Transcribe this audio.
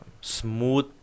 smooth